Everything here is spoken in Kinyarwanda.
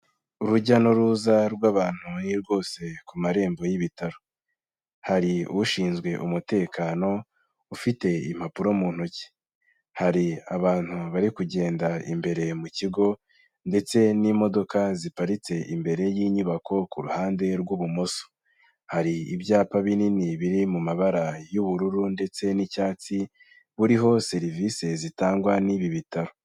Urujya n'uruza rw'abantu ni rwose ku marembo y'ibitaro, hari ushinzwe umutekano ufite impapuro mu ntoki, hari abantu bari kugenda imbere mu kigo ndetse n'imodoka ziparitse imbere y'inyubako ku ruhande rw'ibumoso, hari ibyapa binini biri mu mabara y'ubururu ndetse n'icyatsi buriho serivisi zitangwa n'ibi bitaro.